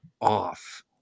off